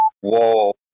whoa